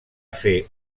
fer